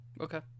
Okay